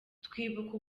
twibuka